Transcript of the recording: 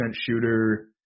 shooter